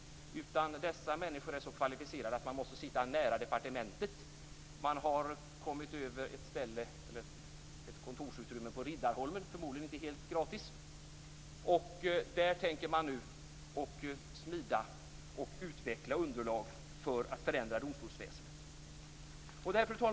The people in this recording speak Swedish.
Dessa människor är så kvalificerade att man måste sitta nära departementet. Man har kommit över ett kontorsutrymme på Riddarholmen - förmodligen inte helt gratis. Där tänker man nu smida och utveckla underlag för att förändra domstolsväsendet.